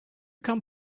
come